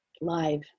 live